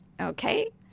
okay